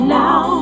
now